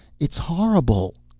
it is horrible!